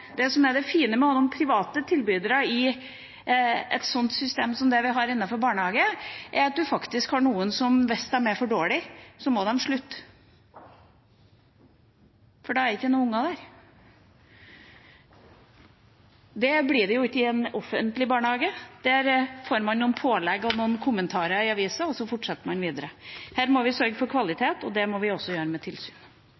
fine med å ha noen private tilbydere i et slikt system som det vi har innenfor barnehage, er at hvis noen er for dårlige, må de faktisk slutte, for da er det ingen barn der. Slik blir det jo ikke i en offentlig barnehage – der får man noen pålegg og noen kommentarer i avisen, og så fortsetter man videre. Her må vi sørge for